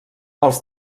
els